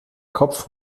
kopf